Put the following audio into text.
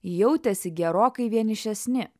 jautėsi gerokai vienišesni